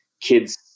kids